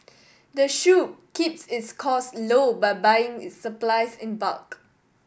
the shop keeps its costs low by buying its supplies in bulk